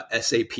sap